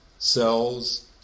cells